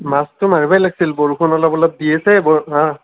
মাছটো মাৰিবই লাগিছিল বৰষুণ অলপ অলপ দি আছে অ